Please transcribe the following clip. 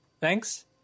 Thanks